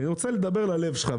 אני רוצה לדבר ללב שלך.